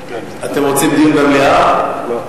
אתם רוצים דיון במליאה, לא.